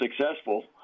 successful